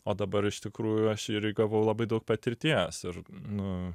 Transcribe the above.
o dabar iš tikrųjų aš ir įgavau labai daug patirties ir nu